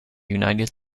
united